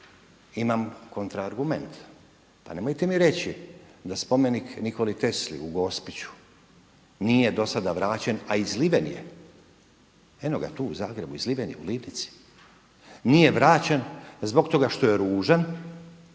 imam kontra argument. Pa nemojte mi reći da spomenik Nikoli Tesli u Gospiću nije do sada vraćen a izliven je, u …, nije vraćen zbog toga što je ružan,